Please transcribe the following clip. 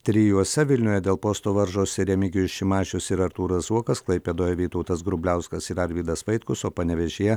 trijuose vilniuje dėl posto varžosi remigijus šimašius ir artūras zuokas klaipėdoj vytautas grubliauskas ir arvydas vaitkus o panevėžyje